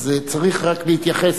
צריך רק להתייחס,